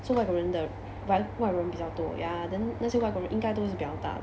so 外国人的外外人比较多 ya then 那些外国人应该都是比较大